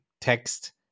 text